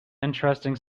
interesting